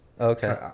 Okay